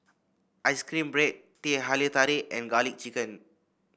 ice cream bread Teh Halia Tarik and garlic chicken